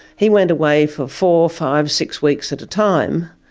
he went away for four, five, six weeks at a time,